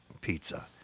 pizza